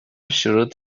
شروط